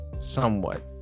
Somewhat